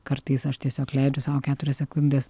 kartais aš tiesiog leidžiu sau keturias sekundes